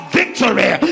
victory